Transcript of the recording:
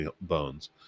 bones